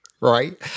right